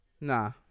Nah